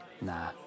Nah